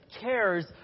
cares